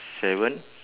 seven